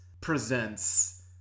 presents